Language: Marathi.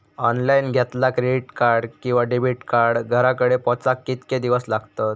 ऑनलाइन घेतला क्रेडिट कार्ड किंवा डेबिट कार्ड घराकडे पोचाक कितके दिस लागतत?